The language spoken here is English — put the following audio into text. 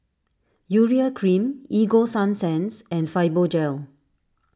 Urea Cream Ego Sunsense and Fibogel